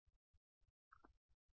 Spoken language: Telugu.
విద్యార్థి చేటు